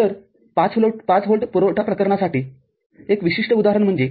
तर ५ व्होल्ट पुरवठा प्रकरनासाठी एक विशिष्ट उदाहरण म्हणजे